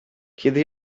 kiedy